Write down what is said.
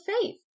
faith